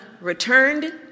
returned